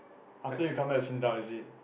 after you come back Sinda is it